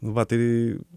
nu va tai